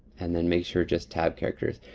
and then make sure just tab characters.